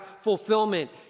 fulfillment